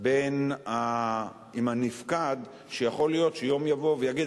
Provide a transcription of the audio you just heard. עם הנפקד שיכול להיות שיום יבוא ויגיד: